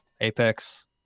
Apex